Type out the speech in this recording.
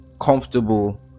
comfortable